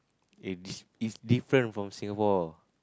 it's it's different from Singapore